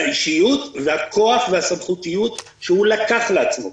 האישיות והכוח והסמכותיות שהוא לקח לעצמו.